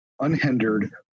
unhindered